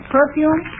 Perfume